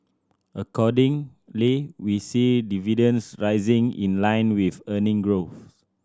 accordingly we see dividends rising in line with earning growth